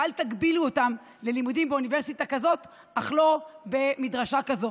ואל תגבילו אותם ללימודים באוניברסיטה כזאת אך לא במדרשה כזאת.